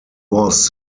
was